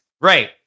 Right